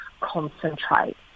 concentrate